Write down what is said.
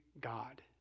God